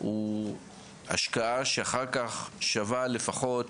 הוא השקעה שאחר כך שווה לפחות